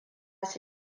su